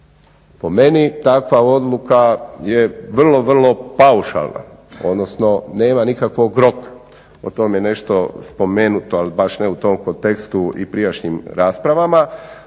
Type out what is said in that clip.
Po meni takva odluka je vrlo, vrlo paušalna, odnosno nema nikakvog roka. O tome je nešto spomenuto ali baš ne u tom kontekstu i prijašnjim raspravama.